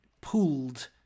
pooled